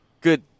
good